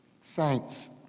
Saints